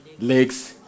legs